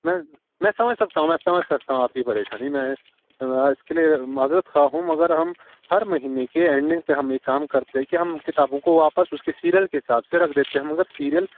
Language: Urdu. میں میں سمجھ سکتا ہوں میں سمجھ سکتا ہوں آپ کی پریشانی میں اس کے لیے معذرت خواہ ہوں مگر ہم ہر مہینے کے اینڈنگ پہ ہم یہ کام کرتے ہیں کہ ہم کتابوں کو واپس اس کے سیریل کے حساب سے رکھ دیتے ہیں مگر سیریل